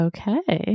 Okay